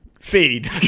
Feed